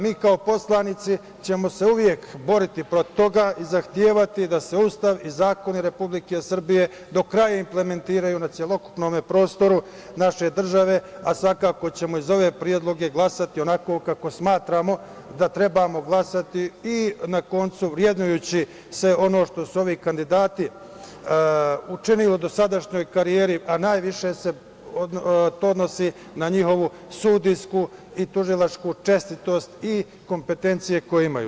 Mi kao poslanici ćemo se uvek boriti protiv toga i zahtevati da se Ustav i zakoni Republike Srbije do kraja implementiraju na celokupnom prostoru naše države, a svakako ćemo iz za ove predloge glasati onako kako smatramo da trebamo glasati i vrednujući sve ono što su ovi kandidati učinili u dosadašnjoj karijeri, a najviše se to odnosi na njihovu sudijsku i tužilačku čestitost i kompetencije koje imaju.